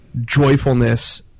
joyfulness